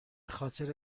خاطر